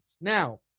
Now